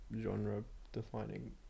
genre-defining